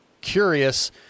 curious